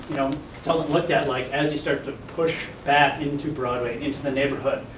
you know until it looked at like, as you start to push back into broadway, into the neighborhood,